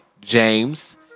James